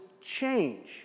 change